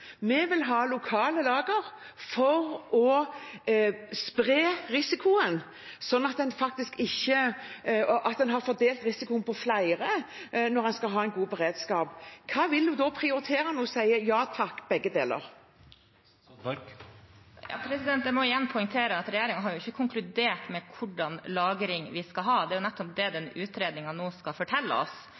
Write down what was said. vil ha lokale lagre for å spre risikoen, sånn at en har fordelt risikoen på flere når en skal ha en god beredskap? Hva vil hun prioritere når hun sier: Ja takk, begge deler? Jeg må igjen poengtere at regjeringen ikke har konkludert med hvordan lagring vi skal ha. Det er nettopp det utredningen skal fortelle oss.